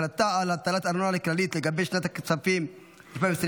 החלטה על הטלת ארנונה כללית לגבי שנת הכספים 2024),